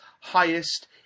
highest